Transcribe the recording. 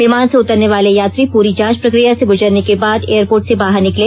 विमान से उतरने वाले यात्री पूरी जांच प्रक्रिया से गुजरने के बाद एयरपोर्ट से बाहर निकले